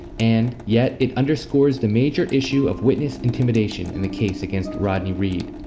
and yet it underscores the major issue of witness intimidation in the case against rodney reed.